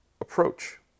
approach